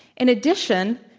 in addition,